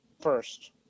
first